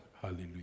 Hallelujah